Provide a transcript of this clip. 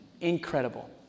Incredible